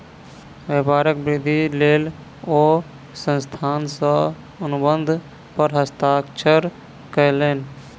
व्यापारक वृद्धिक लेल ओ संस्थान सॅ अनुबंध पर हस्ताक्षर कयलैन